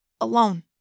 alone